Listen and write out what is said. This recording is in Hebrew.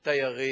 תיירים,